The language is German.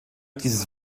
dieses